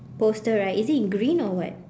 poster right is in in green or what